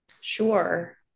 Sure